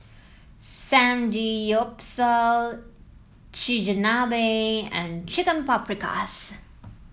Samgeyopsal Chigenabe and Chicken Paprikas